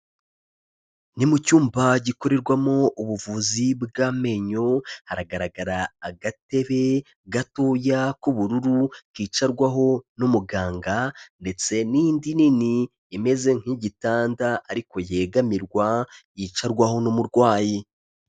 Ni mu cyumba gikorerwamo ubuvuzi bw'amenyo, haragaragara agatebe gatoya k'ubururu kicarwaho n'umuganga, ndetse n'indi nini imeze nk'igitanda ariko yegamirwa yicarwaho n'umurwayi.